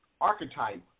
archetype